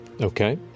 Okay